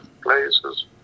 places